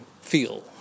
feel